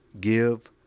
Give